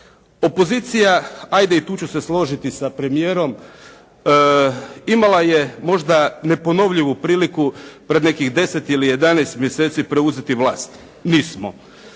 Opozicija, hajde i tu ću se složiti sa premijerom imala je možda neponovljivu priliku pred nekih 10 ili 11 mjeseci preuzeti vlast. Nismo.